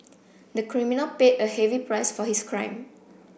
the criminal paid a heavy price for his crime